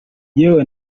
yewe